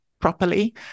properly